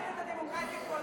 אל תרצה לנו על דמוקרטיה בכנסת,